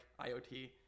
iot